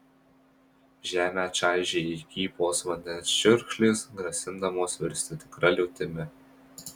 žemę čaižė įkypos vandens čiurkšlės grasindamos virsti tikra liūtimi